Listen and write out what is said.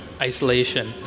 isolation